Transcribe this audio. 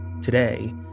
Today